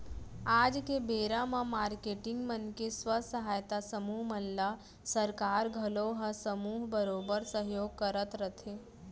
आज के बेरा म मारकेटिंग मन के स्व सहायता समूह मन ल सरकार घलौ ह समूह बरोबर सहयोग करत रथे